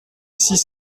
six